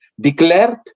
declared